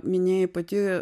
minėjai pati